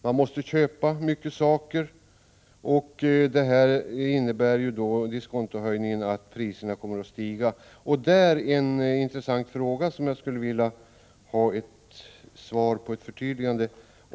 Man måste köpa mycket saker, och diskontohöjningen innebär att priserna kommer att stiga. Jag skulle vilja ha ett förtydligande svar på en intressant fråga.